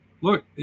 look